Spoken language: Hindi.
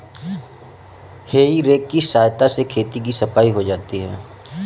हेइ रेक की सहायता से खेतों की सफाई हो जाती है